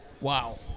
Wow